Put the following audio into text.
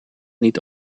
niet